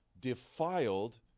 defiled